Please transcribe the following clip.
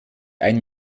ein